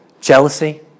Jealousy